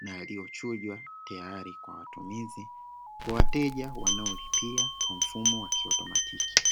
yaliyochujwa tayari kwa matumizi kwa wateja wanaolipia kwa mfumo wa kiautomatiki.